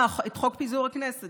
אה, את חוק פיזור הכנסת